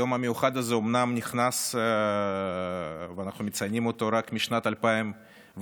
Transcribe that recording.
היום המיוחד הזה אומנם נכנס ואנחנו מציינים אותו רק משנת 2016,